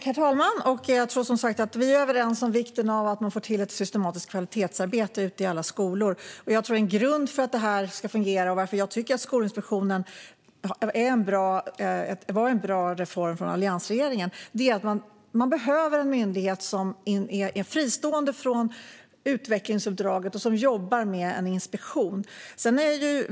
Herr talman! Jag tror att vi är överens om vikten av att få till ett systematiskt kvalitetsarbete i alla skolor. En grund för att det ska fungera, och varför jag tycker att inrättandet av Skolinspektionen var en bra reform av alliansregeringen, är att det behövs en myndighet som är fristående från utvecklingsuppdraget och som jobbar med en inspektion.